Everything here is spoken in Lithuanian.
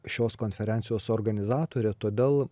šios konferencijos organizatorė todėl